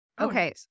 Okay